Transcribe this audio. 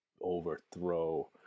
overthrow